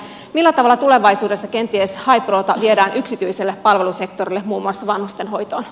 millä tavalla tulevaisuudessa kenties haiprota viedään yksityiselle palvelusektorille muun muassa vanhustenhoitoon